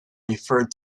referred